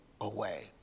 away